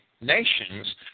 nations